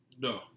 no